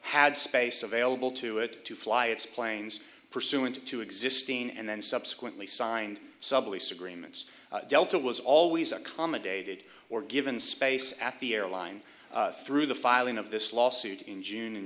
had space available to it to fly its planes pursuant to existing and then subsequently signed sublease agreements delta was always accommodated or given space at the airline through the filing of this lawsuit in june and